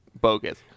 bogus